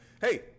Hey